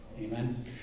Amen